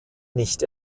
nicht